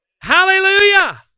hallelujah